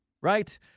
right